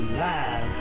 live